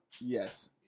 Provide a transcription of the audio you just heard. Yes